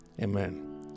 Amen